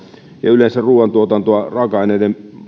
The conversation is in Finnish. ja yleensä ruuantuotantoa raaka aineiden